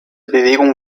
bewegung